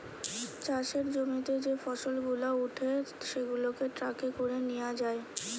চাষের জমিতে যে ফসল গুলা উঠে সেগুলাকে ট্রাকে করে নিয়ে যায়